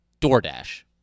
DoorDash